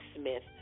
Smith